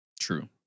True